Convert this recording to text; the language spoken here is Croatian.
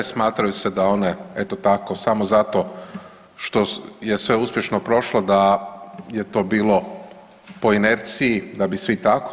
Smatraju se da one eto tako samo zato što je sve uspješno prošlo da je to bilo po inerciji da bi svi tako.